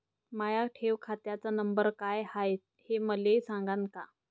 माया ठेव खात्याचा नंबर काय हाय हे मले सांगान का?